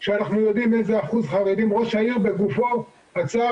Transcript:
אני לא יודע אם עברה חצי שעה או שעה וראש העיר כבר הוציא הודעת